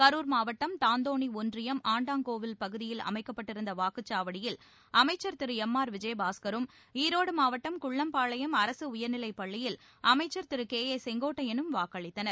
கரூர் மாவட்டம் தாந்தோணி ஒன்றியம் ஆண்டாங்கோவில் பகுதியில் அமைக்கப்பட்டிருந்த வாக்குச்சாவடியில் அமைச்சர் திரு எம் ஆர் விஜயபாஸ்கரும் ஈரோடு மாவட்டம் குள்ளம்பாளையம் அரசு உயர்நிலைப் பள்ளியில் அமைச்சர் திரு கே ஏ செங்கோட்டையனும் வாக்களித்தனர்